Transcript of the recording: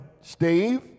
Steve